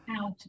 out